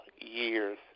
years